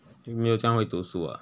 你没有这样会读书 ah